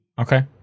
Okay